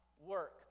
work